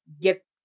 get